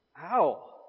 Ow